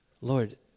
Lord